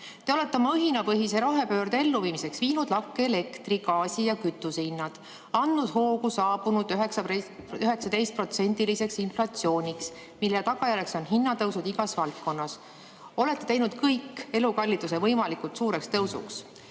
Te olete oma õhinapõhise rohepöörde elluviimiseks viinud lakke elektri-, gaasi- ja kütusehinnad, andnud hoogu saabunud 19%-liseks inflatsiooniks, mille tagajärjeks on hinnatõusud igas valdkonnas. Olete teinud kõik elukalliduse võimalikult suureks tõusuks.